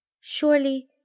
Surely